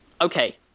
okay